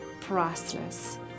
priceless